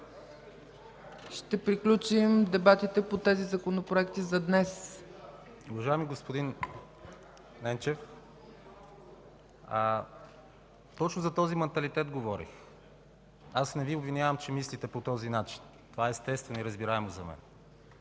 ще приключим дебатите по тези законопроекти за днес. КОРМАН ИСМАИЛОВ (РБ): Господин Енчев, точно за този манталитет говорих. Аз не Ви обвинявам, че мислите по този начин. Това е естествено и разбираемо за мен.